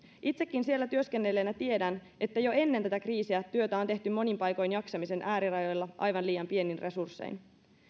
itsekin siellä työskennelleenä tiedän että jo ennen tätä kriisiä työtä on tehty monin paikoin jaksamisen äärirajoilla aivan liian pienin resurssein